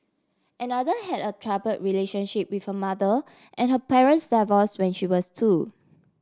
another had a troubled relationship with her mother and her parents divorced when she was two